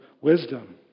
wisdom